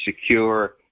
secure